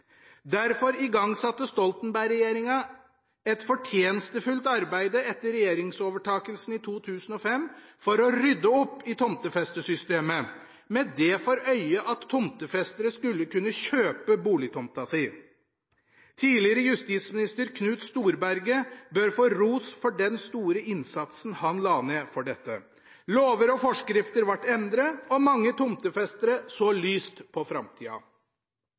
Derfor igangsatte Stoltenberg-regjeringa et fortjenestefullt arbeid etter regjeringsovertagelsen i 2005, for å rydde opp i tomtefestesystemet, med det for øye at tomtefestere skulle kunne kjøpe boligtomta si. Tidligere justisminister Knut Storberget bør få ros for den store innsatsen han la ned for dette. Lover og forskrifter ble endret, og mange tomtefestere så lyst på framtida.